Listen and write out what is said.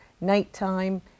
nighttime